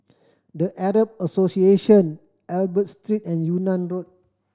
The Arab Association Albert Street and Yunnan Road